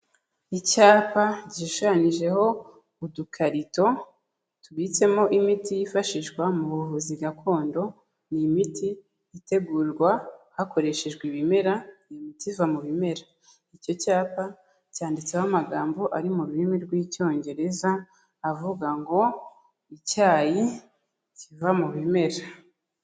Icyapa gishushanyijeho udukarito tubitsemo imiti yifashishwa mu buvuzi gakondo, ni imiti itegurwa hakoreshejwe ibimer, iyo miti iva mu bimera. Icyapa cyanditseho amagambo ari mu rurimi rw'Icyongereza avuga ngo: icyayi kiva mu bimera.